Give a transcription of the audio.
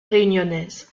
réunionnaise